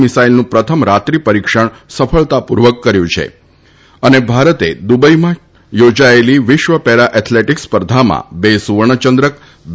મિસાઇલનું પ્રથમ રાત્રી પરીક્ષણ સફળતા પૂર્વક કર્યું છ ભારત દુબઇમાં યોજાયલી વિશ્વ પશ્ન એથ્લદિક્સ સ્પર્ધામાં બ સુવર્ણ ચંદ્રક બ